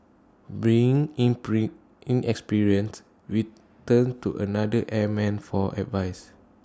being inexperienced we turned to another airman for advice